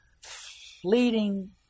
fleeting